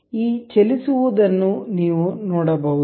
ಈ ಚಲಿಸುವದನ್ನು ನೀವು ನೋಡಬಹುದು